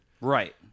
Right